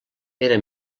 era